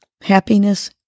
Happiness